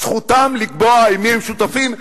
זכותם לקבוע עם מי הם שותפים,